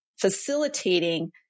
facilitating